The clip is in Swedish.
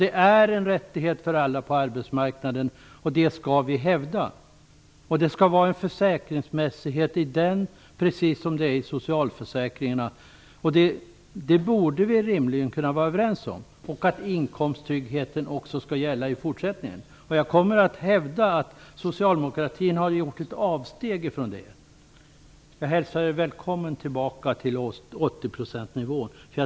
Det är en rättighet för alla på arbetsmarknaden. Det skall vara en försäkringsmässighet i den precis som i socialförsäkringarna. Det borde vi kunna vara överens om, liksom att inkomsttryggheten skall gälla också i fortsättningen. Jag kommer att hävda att socialdemokraterna har gjort avsteg från detta. Jag välkomnar er tillbaka till 80-procentsnivån.